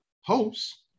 hosts